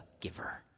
giver